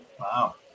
Wow